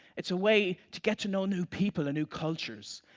it's a way to get to know new people and new cultures,